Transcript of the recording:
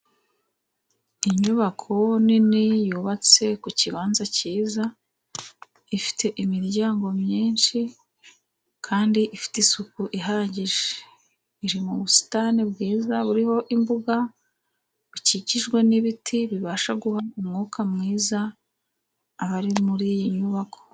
Inyubako nini yubatse ku kibanza cyiza, ifite imiryango myinshi, kandi ifite isuku ihagije. Iri mu busitani bwiza buriho imbuga bukikijwe n'ibiti, bibasha guha umwuka mwiza abari muri iyi nyubako.